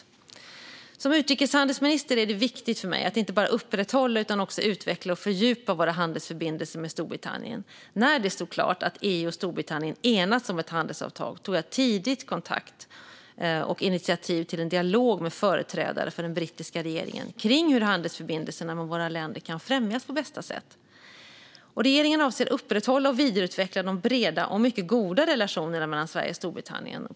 För mig som utrikeshandelsminister är det viktigt att inte bara upprätthålla utan också utveckla och fördjupa våra handelsförbindelser med Storbritannien. När det stod klart att EU och Storbritannien hade enats om ett handelsavtal tog jag tidigt kontakt och initiativ till en dialog med företrädare för den brittiska regeringen kring hur handelsförbindelserna mellan våra länder kan främjas på bästa sätt. Regeringen avser att upprätthålla och vidareutveckla de breda och mycket goda relationerna mellan Sverige och Storbritannien.